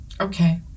Okay